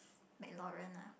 McLaren lah